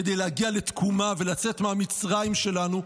כדי להגיע לתקומה ולצאת מהמצרים שלנו,